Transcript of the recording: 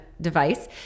device